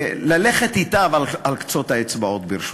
ללכת אתה אבל על קצות האצבעות, ברשותך.